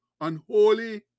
unholy